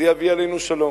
זה יביא עלינו שלום.